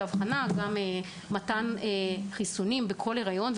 מתן חיסונים בכל היריון.